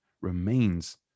remains